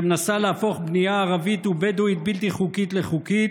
שמנסה להפוך בנייה ערבית ובדואית בלתי חוקית לחוקית,